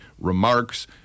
remarks